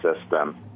system